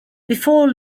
before